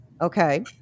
okay